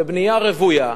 בבנייה רוויה,